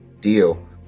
Deal